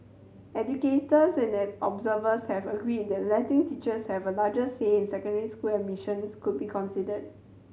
educators and the observers here agreed that letting teachers have a larger say in secondary school admissions could be considered